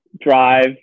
drive